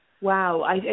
Wow